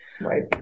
Right